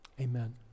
amen